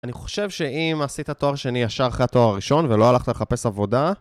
אני חושב שאם עשית תואר שני ישר אחרי התואר הראשון ולא הלכת לחפש עבודה